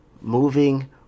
Moving